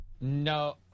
No